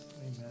Amen